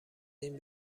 این